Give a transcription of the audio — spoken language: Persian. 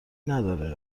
نداره